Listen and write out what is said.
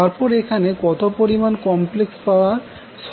তারপর এখানে কত পরিমান কমপ্লেক্স পাওয়ার সবরাহ করা হয়েছে